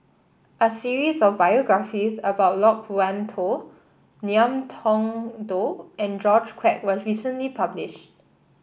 a series of biographies about Loke Wan Tho Ngiam Tong Dow and George Quek was recently published